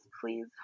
please